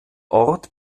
ort